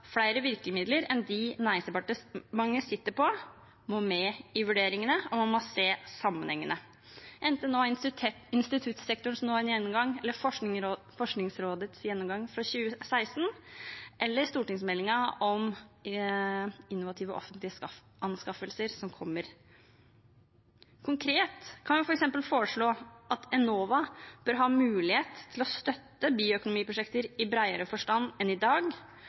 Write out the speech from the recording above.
flere virkemidler enn dem næringsdepartementet sitter på, må med i vurderingene, og man må se sammenhengene, enten det er instituttsektorens gjennomgang nå, Forskningsrådets gjennomgang fra 2016 eller stortingsmeldingen om innovative offentlige anskaffelser, som kommer. Konkret kan jeg f.eks. foreslå at Enova bør ha mulighet til å støtte bioøkonomiprosjekter i bredere forstand enn i dag,